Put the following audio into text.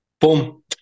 Boom